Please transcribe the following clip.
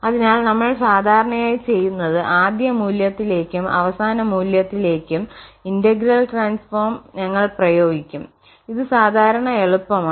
അതിനാൽ നമ്മൾ സാധാരണയായി ചെയ്യുന്നത് ആദ്യ മൂല്യത്തിലേക്കും അവസാന മൂല്യത്തിലേക്കും ഇന്റഗ്രൽ ട്രാൻസ്ഫോം ഞങ്ങൾ പ്രയോഗിക്കും ഇത് സാധാരണ എളുപ്പമാണ്